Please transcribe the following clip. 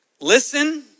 listen